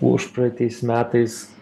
užpraeitais metais